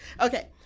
Okay